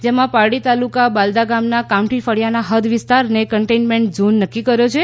જેમાં પારડી તાલુકા બાલદા ગામના કામડી ફળિયાના હદ વિસ્તારને કન્ટેઇન્મેનટ ઝોન નક્કી કર્યો છે